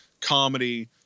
comedy